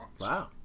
Wow